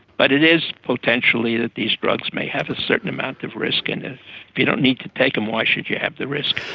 but it is potentially that these drugs may have a certain amount of risk, and if you don't need to take them, why should you have the risk?